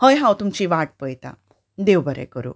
हय हांव तुमची वाट पळयता देव बरें करूं